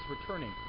returning